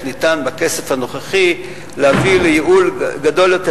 ניתן בכסף הנוכחי להביא לייעול גדול יותר.